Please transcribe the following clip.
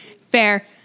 Fair